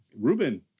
Ruben